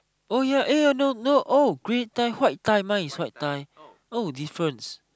oh ya eh no no oh grey tie white tie mine is white tie oh difference